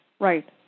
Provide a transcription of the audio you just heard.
Right